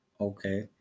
okay